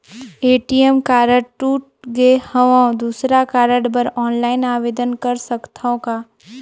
ATM card टूट गे हववं दुसर कारड बर ऑनलाइन आवेदन कर सकथव का?